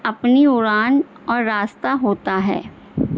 اپنی ارن اور راستہ ہوتا ہے